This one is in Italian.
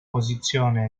posizione